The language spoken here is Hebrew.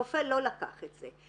הרופא לא לקח את זה.